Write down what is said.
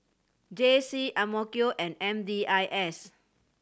J C and M D I S